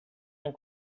amb